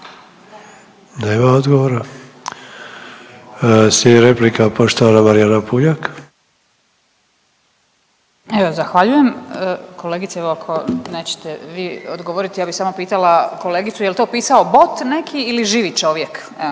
Nema odgovora. Slijedi replika poštovana Marijana Puljak. **Puljak, Marijana (Centar)** Evo zahvaljujem. Kolegice evo ako nećete vi odgovoriti, ja bi samo pitala kolegicu jel to pisao bot neki ili živi čovjek. Evo